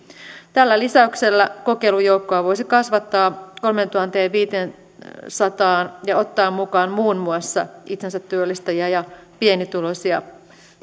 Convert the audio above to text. tällä lisäyksellä kokeilujoukkoa voisi kasvattaa kolmeentuhanteenviiteensataan ja ottaa mukaan muun muassa itsensätyöllistäjiä ja pienituloisia